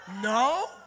No